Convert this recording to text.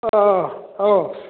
ꯑꯥ ꯍꯥꯎ